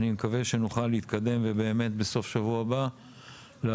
ואני מקווה שנוכל להתקדם ובאמת בסוף שבוע הבא להצביע